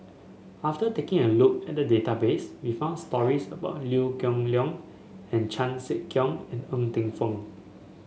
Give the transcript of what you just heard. after taking a look at the database we found stories about Liew Geok Leong and Chan Sek Keong and Ng Teng Fong